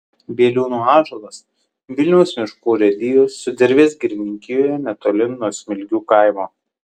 bieliūnų ąžuolas vilniaus miškų urėdijos sudervės girininkijoje netoli nuo smilgių kaimo